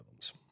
algorithms